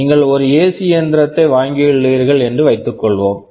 நீங்கள் ஒரு ஏசி இயந்திரத்தை வாங்கியுள்ளீர்கள் என்று வைத்துக்கொள்வோம்